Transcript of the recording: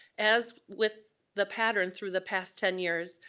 as with the pattern through the past ten years,